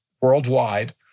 worldwide